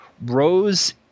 Rose